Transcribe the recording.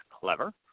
clever